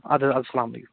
اَدٕ حظ اَسَلامُ علیکُم